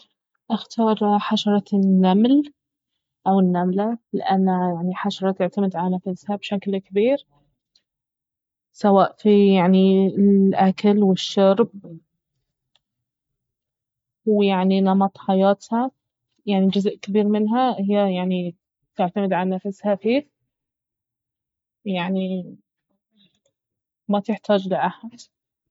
اختار حشرة النمل او النملة لانه يعني حشرة تعتمد على نفسها بشكل كبير سواء في يعني الاكل والشرب ويعني نمط حياتها يعني جزء كبير منها اهي يعني تعتمد على نفسها فيه يعني ما تحتاج لأحد